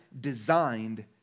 designed